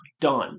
done